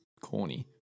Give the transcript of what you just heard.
corny